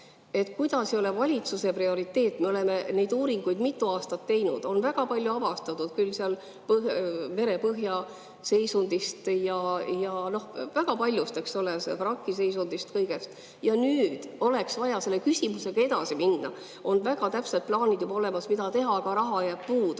ei ole valitsuse prioriteet? Me oleme neid uuringuid mitu aastat teinud, on väga palju avastatud, küll seal merepõhja seisundist ja väga paljust, vraki seisundist, kõigest. Ja nüüd oleks vaja selle küsimusega edasi minna, on väga täpsed plaanid juba olemas, mida teha, aga raha jääb puudu